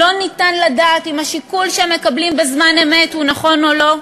לא ניתן לדעת אם השיקול שהם מקבלים בזמן אמת הוא נכון או לא,